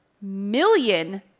million